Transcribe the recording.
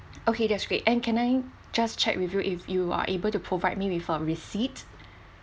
okay that's great and can I just check with you if you are able to provide me with a receipt